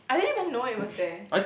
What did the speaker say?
I didn't even know it was there